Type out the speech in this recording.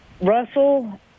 Russell